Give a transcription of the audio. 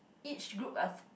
each group of